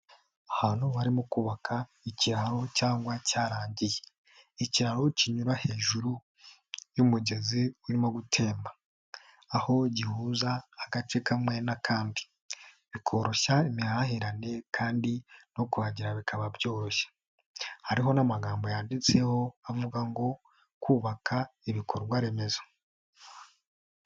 Ahantu barimo kubaka ikiraro cyangwa cyarangiye. Ikiraro kinyura hejuru y'umugezi urimo gutemba. Aho gihuza agace kamwe n'akandi. Bikoroshya imihahirane kandi no kuhagera bikaba byoroshye. Hariho n'amagambo yanditseho avuga ngo kubaka ibikorwa remezo.